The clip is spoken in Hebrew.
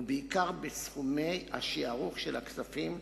ובעיקר בסכומי השערוך של הכספים,